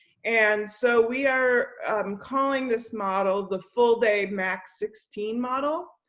and so we are calling this model the full day, max sixteen model.